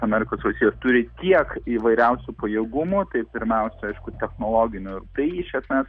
amerikos valstijos turi tiek įvairiausių pajėgumų tai pirmiausia aišku technologinių tai iš esmės